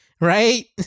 Right